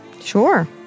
Sure